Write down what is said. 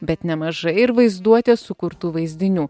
bet nemažai ir vaizduotės sukurtų vaizdinių